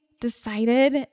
decided